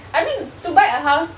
I mean to buy a house